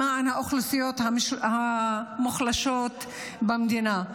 למען האוכלוסיות המוחלשות במדינה.